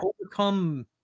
overcome